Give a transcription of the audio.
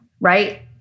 right